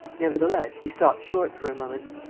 nevertheless, he stopped short for a moment